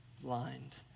blind